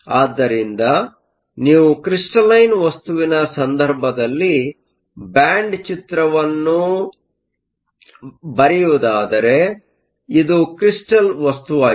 ಆದ್ದರಿಂದ ನೀವು ಕ್ರಿಸ್ಟಲಿನ್ ವಸ್ತುವಿನ ಸಂದರ್ಭದಲ್ಲಿ ಬ್ಯಾಂಡ್ ಚಿತ್ರವನ್ನು ಬರೆಯುವುದಾದರೆ ಇದು ಕ್ರಿಸ್ಟಲ್Crystal ವಸ್ತುವಾಗಿದೆ